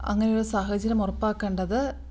അങ്ങനെ ഒരു സാഹചര്യം ഉറപ്പാക്കേണ്ടത്